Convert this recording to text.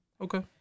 Okay